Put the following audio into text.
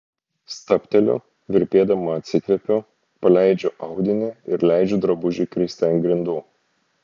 stabteliu virpėdama atsikvepiu paleidžiu audinį ir leidžiu drabužiui kristi ant grindų